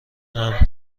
امر